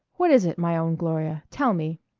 what is it, my own gloria? tell me.